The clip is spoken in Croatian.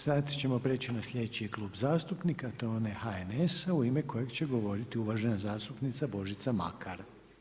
Sad ćemo preći na sljedeći klub zastupnika, to je onaj HNS-a u ime kojeg će govoriti uvažena zastupnica Božica Makar.